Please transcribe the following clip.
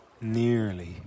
nearly